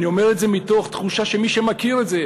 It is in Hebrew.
אני אומר את זה מתוך תחושה שמי שמכיר את זה,